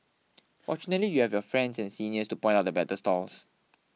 fortunately you have your friends and seniors to point out the better stalls